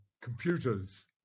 computers